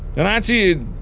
and i see.